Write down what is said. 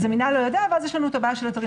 אז המינהל לא יודע ואז יש לנו את הבעיה של אתרים